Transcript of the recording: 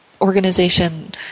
organization